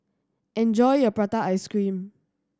enjoy your prata ice cream